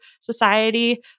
society